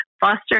Foster